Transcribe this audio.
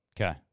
Okay